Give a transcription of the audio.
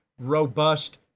robust